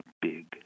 Big